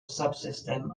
subsystem